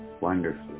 wonderfully